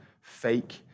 fake